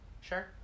Sure